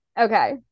Okay